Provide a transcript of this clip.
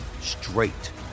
straight